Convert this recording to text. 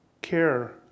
care